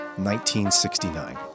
1969